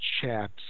chat